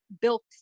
built